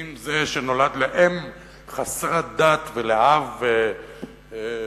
האם זה שנולד לאם חסרת דת ולאב מוסלמי?